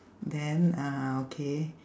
then uh okay